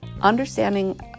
understanding